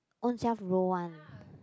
ownself roll one